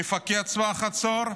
מפקד צבא חצור?